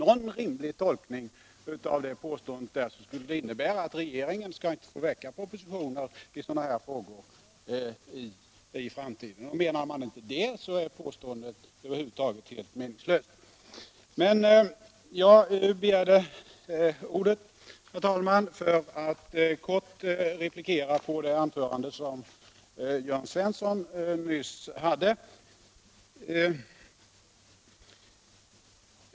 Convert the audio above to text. En rimlig tolkning av det påståendet måste vara att regeringen inte får avlämna propositioner i sådana frågor i framtiden. Menar man inte det, är påståendet helt meningslöst. Jag begärde ordet, herr talman, för att kort replikera på det anförande som Jörn Svensson nyss höll.